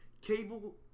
Cable